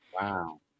Wow